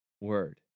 word